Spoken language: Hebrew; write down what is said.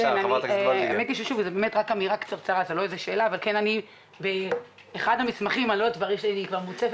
אמירה קצרה, באחד המסמכים שאני מוצפת